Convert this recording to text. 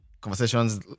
conversations